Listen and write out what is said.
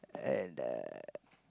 and uh